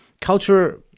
culture